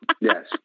yes